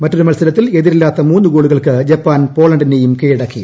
മറ്റൊരു മത്സരത്തിൽ എതിരില്ലാത്ത മൂന്ന് ഗോളുകൾക്ക് ജപ്പാൻ പോളണ്ടിനെയും കീഴടക്കി